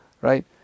right